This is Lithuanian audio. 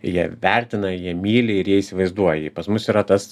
jie vertina jie myli ir jie įsivaizduoja jį pas mus yra tas